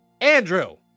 Andrew